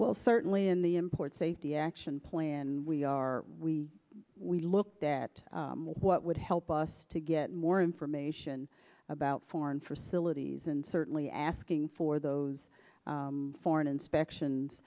well certainly in the import safety action plan we are we we looked at what would help us to get more information about foreign for still a tease and certainly asking for those foreign inspections